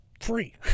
free